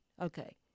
Okay